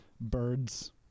birds